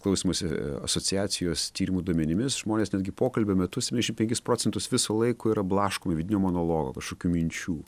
klausymosi asociacijos tyrimų duomenimis žmonės netgi pokalbio metu septyniašim penkis procentus viso laiko yra blaškomi vidinio monologo kažkokių minčių